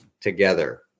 together